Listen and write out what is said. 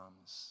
comes